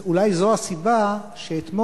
אז אולי זו הסיבה שאתמול,